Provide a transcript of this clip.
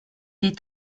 des